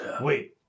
Wait